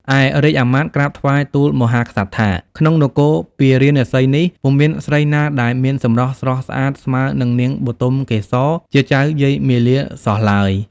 ឯរាជអាមាត្យក្រាបថ្វាយទូលមហាក្សត្រថាក្នុងនគរពារាណសីនេះពុំមានស្រីណាដែលមានសម្រស់ស្រស់ស្អាតស្មើនឹងនាងបុទមកេសរជាចៅយាយមាលាសោះឡើយ។